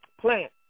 plant